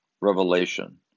revelation